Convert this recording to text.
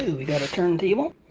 we got a turntable.